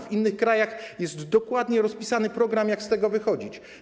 W innych krajach jest dokładnie rozpisany program, jak z tego wychodzić.